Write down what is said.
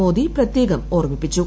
മോദി പ്രത്യേകം ഓർമ്മിപ്പിച്ചു